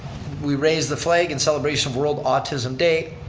we raise the flag in celebration of world autism day.